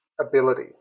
ability